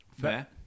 Fair